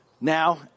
now